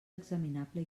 examinable